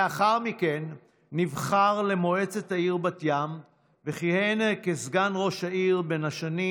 לאחר מכן נבחר למועצת העיר בת ים וכיהן כסגן ראש העיר בשנים